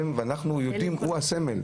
הוא הסמל,